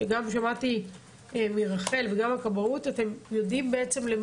ששמעתי גם מרח"ל וגם מהכבאות ידועים לכם ואתם